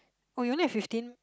oh you only have fifteen